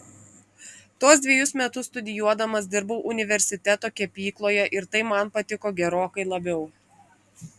tuos dvejus metus studijuodamas dirbau universiteto kepykloje ir tai man patiko gerokai labiau